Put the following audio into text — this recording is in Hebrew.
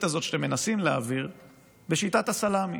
הזאת שאתם מנסים להעביר בשיטת הסלאמי.